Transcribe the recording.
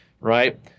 right